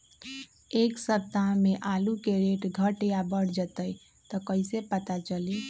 एक सप्ताह मे आलू के रेट घट ये बढ़ जतई त कईसे पता चली?